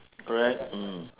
correct mm